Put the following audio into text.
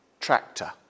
tractor